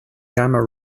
gamma